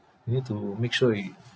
you need to make sure is